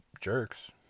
jerks